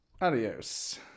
Adios